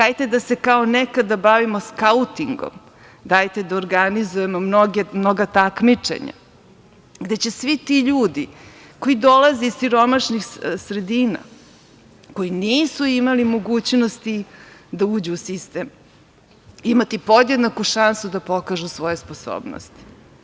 Hajde da se kao nekada bavimo skautingom, dajte da organizujemo mnoga takmičenja, gde će svi ti ljudi koji dolaze iz siromašnih sredina, koji nisu imali mogućnosti da uđu u sistem imati podjednaku šansu da pokažu svoje sposobnosti.